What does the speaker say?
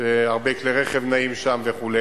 שהרבה כלי רכב נעים שם וכו',